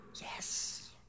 Yes